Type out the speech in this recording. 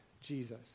Jesus